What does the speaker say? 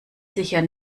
sicher